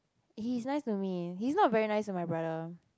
he is nice to me he is not very nice to my brother